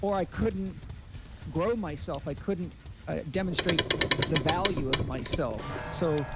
or i couldn't grow myself, i couldn't ah demonstrate the value of myself. so